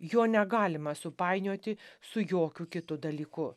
jo negalima supainioti su jokiu kitu dalyku